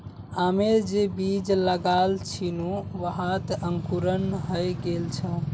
आमेर जे बीज लगाल छिनु वहात अंकुरण हइ गेल छ